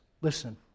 Listen